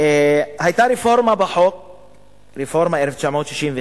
היתה רפורמה בחוק ב-1995,